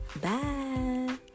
Bye